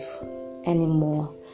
anymore